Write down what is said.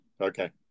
Okay